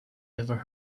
ever